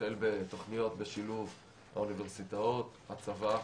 החל בתוכניות בשילוב האוניברסיטאות, הצבא,